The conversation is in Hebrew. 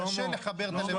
קשה לחבר את הלבבות.